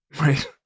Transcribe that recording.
Right